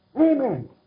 Amen